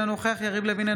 אינו נוכח יריב לוין,